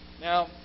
Now